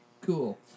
Cool